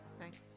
Thanks